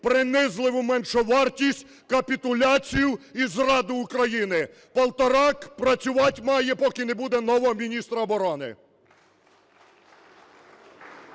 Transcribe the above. Принизливу меншовартість, капітуляцію і зраду України. Полторак працювати має, поки не буде нового міністра оборони.